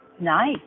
Nice